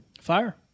Fire